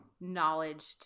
knowledge